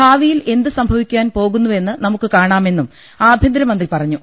ഭാവിയിൽ എന്ത് സംഭവിക്കാൻ പോകുന്നുവെന്ന് നമുക്ക് കാണാമെന്നും ആഭ്യന്തരമന്ത്രി പറഞ്ഞു